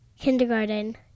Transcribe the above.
Kindergarten